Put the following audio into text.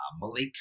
Malik